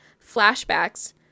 flashbacks